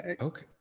Okay